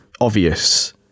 obvious